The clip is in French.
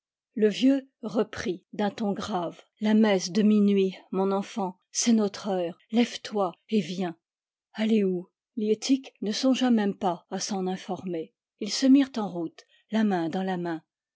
le vieux reprit d'un ton grave la messe de minuit mon enfant c'est notre heure lève-toi et viens aller où liettik ne songea même pas à s'en informer ils se mirent en route la main dans la main